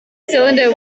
cylinder